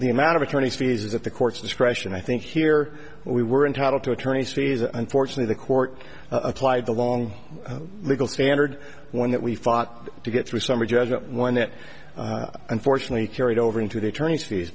the amount of attorneys fees that the court's discretion i think here we were entitled to attorney's fees unfortunately the court applied the long legal standard one that we fought to get through summary judgment one that unfortunately carried over into the attorney's fees